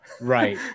Right